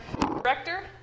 director